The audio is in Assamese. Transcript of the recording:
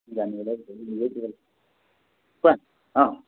কোৱা অঁ